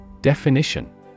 Definition